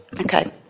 Okay